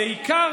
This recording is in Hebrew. ובעיקר,